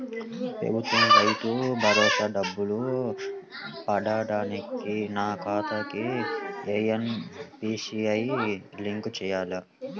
ప్రభుత్వ రైతు భరోసా డబ్బులు పడటానికి నా ఖాతాకి ఎన్.పీ.సి.ఐ లింక్ చేయాలా?